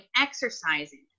exercising